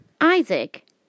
Isaac